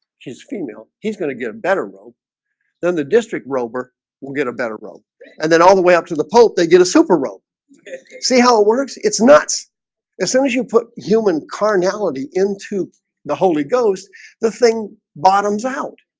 she's female he's gonna get a better road then the district rover will get a better road and then all the way up to the pope they get a super rope see how it works. it's nuts as soon as you put human carnality into the holy ghost the thing bottoms out